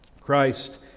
Christ